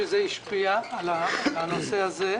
שזה השפיע על הגירעון,